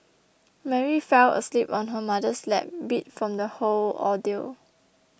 Mary fell asleep on her mother's lap beat from the whole ordeal